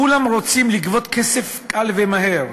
כולם רוצים לגבות כסף קל ומהר.